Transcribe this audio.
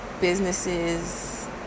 businesses